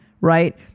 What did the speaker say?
right